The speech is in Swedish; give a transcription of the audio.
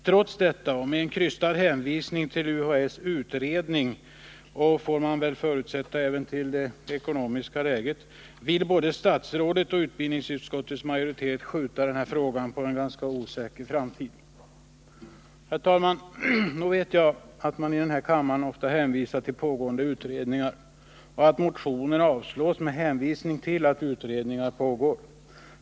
Trots detta och med en krystad hänvisning till UHÄ:s utredning — och, får man väl förutsätta, även till det ekonomiska läget — vill både statsrådet och utbildningsutskottets majoritet skjuta denna fråga på en ganska osäker framtid. Herr talman! Nog vet jag att man i denna kammare ofta hänvisar till pågående utredningar och att motioner avslås med hänvisning till att utredningar pågår.